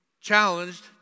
challenged